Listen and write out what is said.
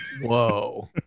whoa